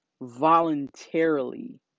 voluntarily